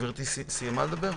גברתי סיימה את דבריה?